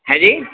ہاں جی